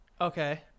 okay